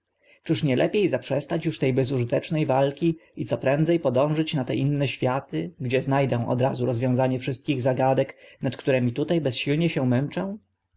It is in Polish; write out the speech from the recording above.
nie lepie zaprzestać uż te bezużyteczne walki i co prędze podążyć na te inne światy gdzie zna dę od razu rozwiązanie wszystkich zagadek nad którymi tuta bezsilnie się męczę